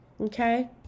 okay